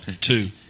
Two